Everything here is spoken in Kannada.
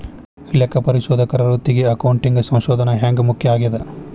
ಲೆಕ್ಕಪರಿಶೋಧಕರ ವೃತ್ತಿಗೆ ಅಕೌಂಟಿಂಗ್ ಸಂಶೋಧನ ಹ್ಯಾಂಗ್ ಮುಖ್ಯ ಆಗೇದ?